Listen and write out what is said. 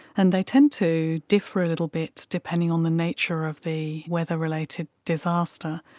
and they tend to differ a little bit depending on the nature of the weather-related disaster.